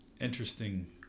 interesting